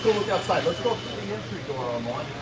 outside. let's go through the entry door armand.